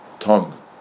Tongue